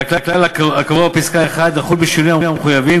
והכלל הקבוע בפסקה (1) יחול בשינויים המחויבים